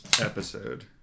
episode